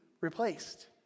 replaced